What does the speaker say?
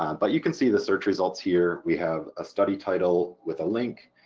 um but you can see the search results here. we have a study title with a link,